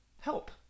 help